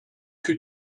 que